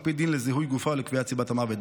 פי דין לזיהוי גופה או לקביעת סיבת מוות,